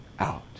out